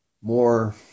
more